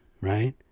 right